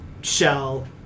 Shell